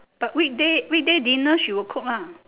but weekday weekday dinner she would cook lah